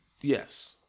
Yes